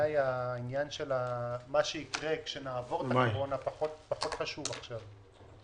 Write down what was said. בעיניי העניין של מה שיקרה כשנעבור את הקורונה פחות חשוב עכשיו.